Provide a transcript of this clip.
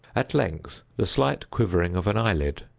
at length the slight quivering of an eyelid,